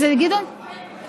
אבל